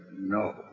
No